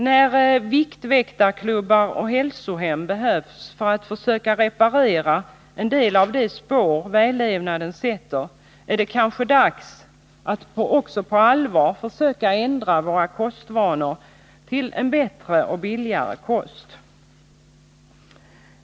När viktväktarklubbar och hälsohem behövs för att försöka reparera en del av de spår vällevnaden sätter, är det kanske dags att också på allvar försöka ändra kostvanorna till en bättre och billigare kost.